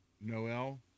Noel